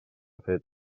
fet